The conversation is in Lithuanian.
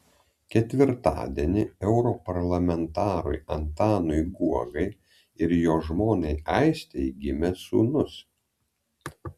ketvirtadienį europarlamentarui antanui guogai ir jo žmonai aistei gimė sūnus